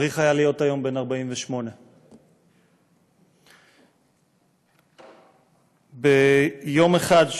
צריך היה להיות היום בן 48. יום אחד,